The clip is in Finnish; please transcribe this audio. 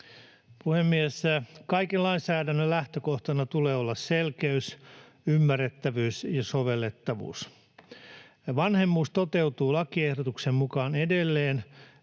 Puhemies! Kaiken lainsäädännön lähtökohtana tulee olla selkeys, ymmärrettävyys ja sovellettavuus. Vanhemmuus toteutuu lakiehdotuksen mukaan edelleen